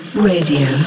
Radio